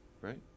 right